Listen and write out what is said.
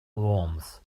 worms